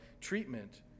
treatment